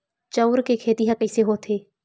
चांउर के खेती ह कइसे होथे?